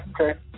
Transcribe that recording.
okay